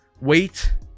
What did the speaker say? wait